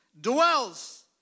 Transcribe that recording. dwells